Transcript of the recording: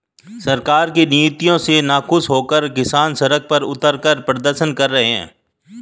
सरकार की नीतियों से नाखुश होकर किसान सड़क पर उतरकर प्रदर्शन कर रहे हैं